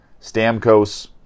Stamkos